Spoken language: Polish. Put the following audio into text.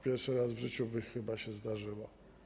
Pierwszy raz w życiu to by chyba się zdarzyło.